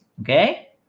Okay